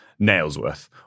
Nailsworth